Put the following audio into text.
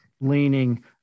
leaning